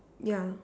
yeah